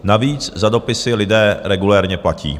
Navíc za dopisy lidé regulérně platí.